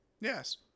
Yes